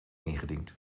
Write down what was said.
ingediend